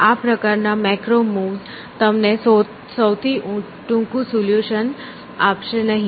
આ પ્રકારના macro moves તમને સૌથી ટૂંકું સોલ્યુશન આપશે નહીં